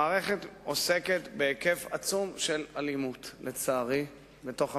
המערכת עוסקת בהיקף עצום של אלימות בתוך המשפחה,